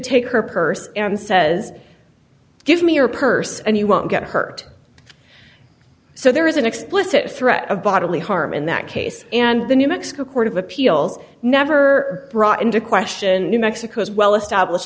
take her purse and says give me your purse and you won't get hurt so there is an explicit threat of bodily harm in that case and the new mexico court of appeals never brought into question new mexico's well established